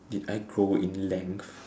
did I grow in length